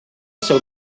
seu